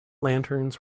lanterns